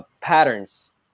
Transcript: patterns